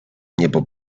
niebo